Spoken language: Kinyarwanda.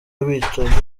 abicanyi